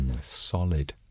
Solid